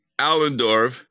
Allendorf